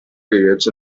periods